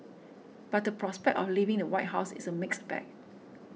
but the prospect of leaving the White House is a mixed bag